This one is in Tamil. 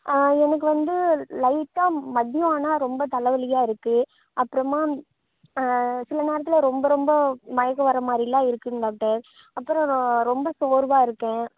எனக்கு வந்து லைட்டாக மதியம் ஆனால் ரொம்ப தலை வலியாக இருக்கு அப்புறமா சில நேரத்தில் ரொம்ப ரொம்ப மயக்கம் வரமாதிரிலாம் இருக்குதுங்க டாக்டர் அப்புறம் ரொம்ப சோர்வாக இருக்கேன்